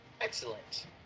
Excellent